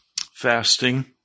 fasting